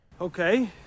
Okay